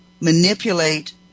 manipulate